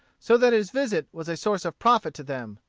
so that his visit was a source of profit to them,